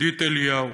עידית בן אליהו,